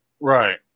Right